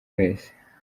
wese